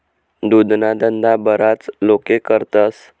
दुधना धंदा बराच लोके करतस